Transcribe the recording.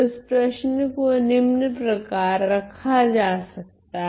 तो इस प्रश्न को निम्न प्रकार रखा जा सकता हैं